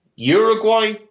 Uruguay